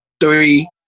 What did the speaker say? three